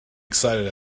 excited